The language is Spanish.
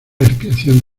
expiación